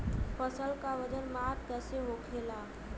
फसल का वजन माप कैसे होखेला?